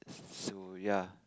so ya